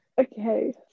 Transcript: Okay